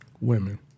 Women